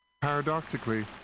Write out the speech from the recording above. Paradoxically